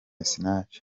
sinach